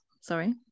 sorry